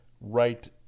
right